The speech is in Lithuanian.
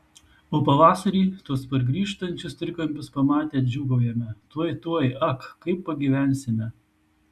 o pavasarį tuos pargrįžtančius trikampius pamatę džiūgaujame tuoj tuoj ak kaip pagyvensime